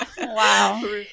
Wow